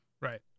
Right